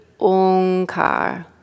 onkar